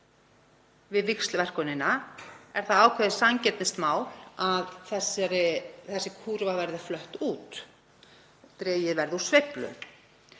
við víxlverkunina er það ákveðið sanngirnismál að þessi kúrfa verði flött út og dregið verði úr sveiflu.